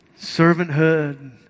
servanthood